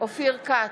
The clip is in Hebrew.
אופיר כץ,